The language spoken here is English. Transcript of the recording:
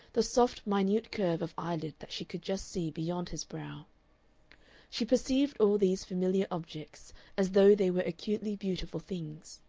the soft minute curve of eyelid that she could just see beyond his brow she perceived all these familiar objects as though they were acutely beautiful things.